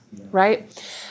right